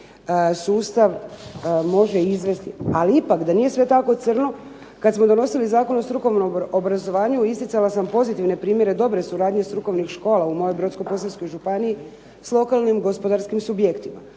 sustav može izvesti. Ali ipak da nije sve tako crno, kada smo donosili Zakon o strukovnom obrazovanju isticala sam pozitivne primjere dobre suradnje strukovnih škola u mojoj Brodsko-posavskoj županiji s lokalnim gospodarskim subjektima.